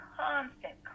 constant